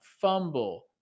fumble